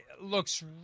looks